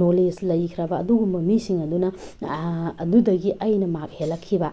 knowledge ꯂꯩꯈ꯭ꯔꯕ ꯑꯗꯨꯒꯨꯝꯕ ꯃꯤꯁꯤꯡ ꯑꯗꯨꯅ ꯑꯗꯨꯗꯒꯤ ꯑꯩꯅ ꯃꯥꯔꯛ ꯍꯦꯜꯂꯛꯈꯤꯕ